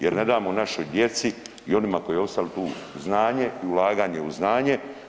Jer ne damo našoj djeci i onima koji su ostali tu znanje i ulaganje u znanje.